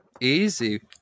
easy